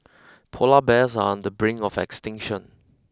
polar bears are on the brink of extinction